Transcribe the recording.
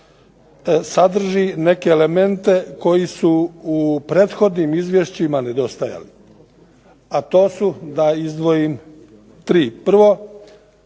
sadrži neke elemente koji su u prethodnim izvješćima nedostajali. Da izdvojim tri. Prvo,